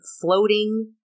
floating